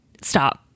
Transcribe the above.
Stop